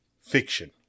fiction